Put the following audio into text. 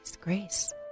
grace